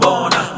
Bona